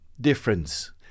difference